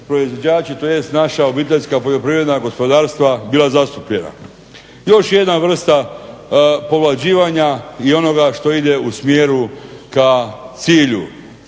tj. naša obiteljska poljoprivredna gospodarstva bila zastupljena. Još jedna vrsta povlađivanja i onoga što ide u smjeru ka cilju,